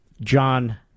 John